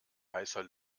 heißer